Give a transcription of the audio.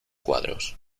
cuadrados